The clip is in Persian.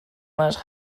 مشق